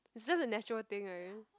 it's just a natural thing right